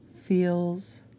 feels